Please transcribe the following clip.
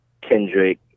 Kendrick